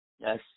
Yes